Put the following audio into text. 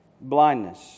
blindness